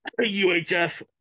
uhf